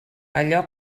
allò